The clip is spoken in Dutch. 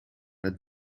het